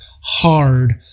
hard